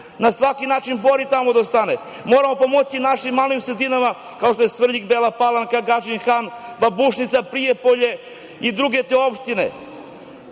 na svaki način bori tamo da ostane. Moramo pomoći našim malim sredinama kao što je Svrljig, Bela Palanka, Gadžin Han, Babušnica, Prijepolje i drugim opštinama.